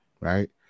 right